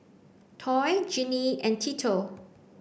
Toy Jeannie and Tito